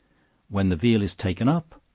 when the veal is taken up,